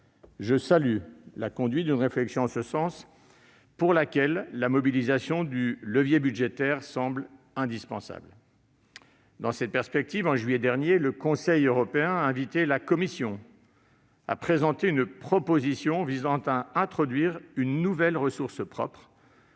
je salue la conduite d'une telle réflexion. À cet égard, la mobilisation du levier budgétaire semble indispensable. Dans cette perspective, en juillet dernier, le Conseil européen a invité la Commission à présenter une proposition visant à introduire une nouvelle ressource propre